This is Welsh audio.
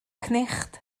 cnicht